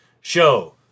Show